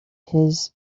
his